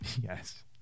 Yes